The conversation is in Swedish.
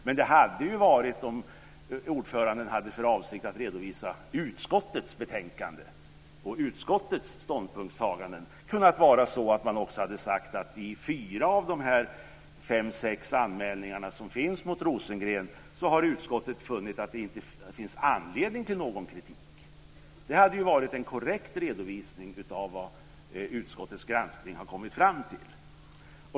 Men om ordföranden hade haft för avsikt att redovisa utskottets betänkande och utskottets ståndpunktstaganden hade han också kunnat säga att i fyra av de fem sex anmälningar som finns mot Rosengren har utskottet funnit att det inte finns anledning till någon kritik. Det hade varit en korrekt redovisning av vad utskottets granskning har kommit fram till.